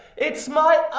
it's my